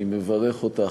אני מברך אותך,